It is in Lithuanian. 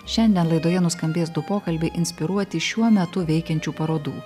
šiandien laidoje nuskambės du pokalbiai inspiruoti šiuo metu veikiančių parodų